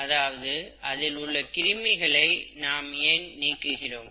அதாவது அதில் உள்ள கிருமிகளை நாம் ஏன் நீக்குகிறோம்